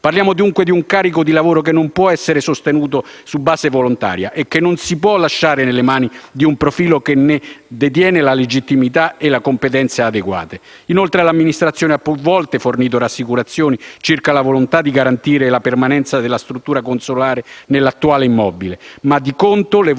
Parliamo dunque di un carico di lavoro che non può essere sostenuto su base volontaria e non si può lasciare nelle mani di un profilo che non ne detiene la legittimità e le competenze adeguate. Inoltre, l'amministrazione ha più volte fornito rassicurazioni circa la volontà di garantire la permanenza della struttura consolare nell'attuale immobile, ma di contro le voci